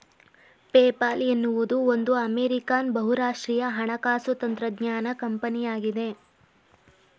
PayPal ಎನ್ನುವುದು ಒಂದು American ಬಹುರಾಷ್ಟ್ರೀಯ ಹಣಕಾಸು ತಂತ್ರಜ್ಞಾನ ಕಂಪನಿಯಾಗಿದೆ